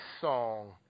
song